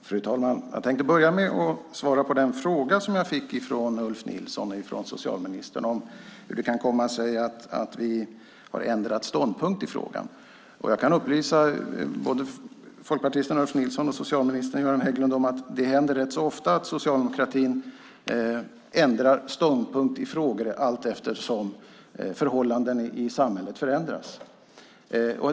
Fru talman! Jag tänkte börja med att svara på den fråga som jag fick från Ulf Nilsson och från socialministern om hur det kan komma sig att vi har ändrat ståndpunkt i frågan. Jag kan upplysa både folkpartisten Ulf Nilsson och socialminister Göran Hägglund om att det händer rätt så ofta att socialdemokratin ändrar ståndpunkt i frågor allteftersom förhållandena i samhället förändras.